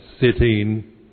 sitting